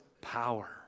power